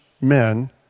men